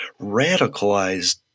radicalized